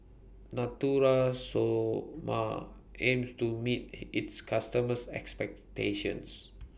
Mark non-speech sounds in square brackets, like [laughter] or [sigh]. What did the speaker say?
Natura Stoma aims to meet [unintelligible] its customers' expectations